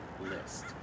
list